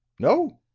no,